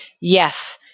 Yes